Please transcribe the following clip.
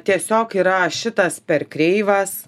tiesiog yra šitas per kreivas